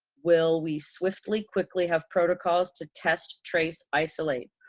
will we swiftly, quickly have protocols to test, trace, isolate?